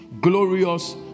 glorious